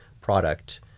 product